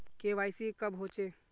KYC कब होचे?